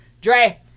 Dre